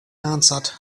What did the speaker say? answered